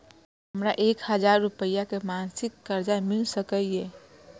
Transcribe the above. हमरा एक हजार रुपया के मासिक कर्जा मिल सकैये?